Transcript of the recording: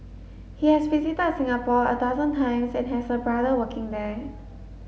he has visited Singapore a dozen times and has a brother working there